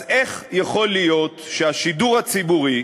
אז איך יכול להיות שהשידור הציבורי,